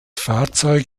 fahrzeug